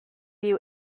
you